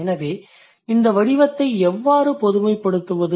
எனவே இந்த வடிவத்தை எவ்வாறு பொதுமைப்படுத்துவது